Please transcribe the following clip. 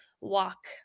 walk